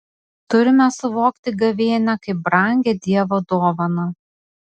turime suvokti gavėnią kaip brangią dievo dovaną